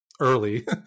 early